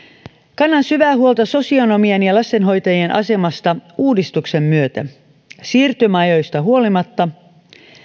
kannan syvää huolta sosionomien ja lastenhoitajien asemasta uudistuksen myötä siirtymäajoista huolimatta